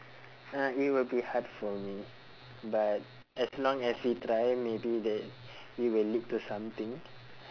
uh it will be hard for me but as long as we try maybe that we will lead to something